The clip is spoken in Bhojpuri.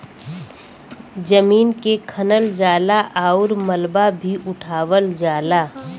जमीन के खनल जाला आउर मलबा भी उठावल जाला